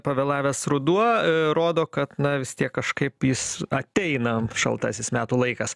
pavėlavęs ruduo rodo kad na vis tiek kažkaip jis ateina šaltasis metų laikas